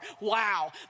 wow